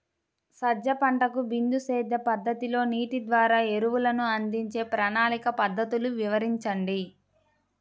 సజ్జ పంటకు బిందు సేద్య పద్ధతిలో నీటి ద్వారా ఎరువులను అందించే ప్రణాళిక పద్ధతులు వివరించండి?